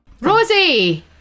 Rosie